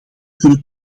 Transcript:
kunnen